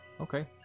Okay